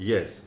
Yes